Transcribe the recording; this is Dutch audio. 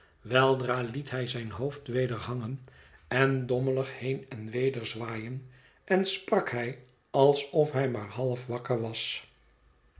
weldra liet hij zijn hoofd weder hangen en dommelig heen en weder zwaaien en sprak hij alsof hij maar half wakker was